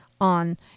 on